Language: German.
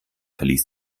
verließ